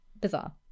bizarre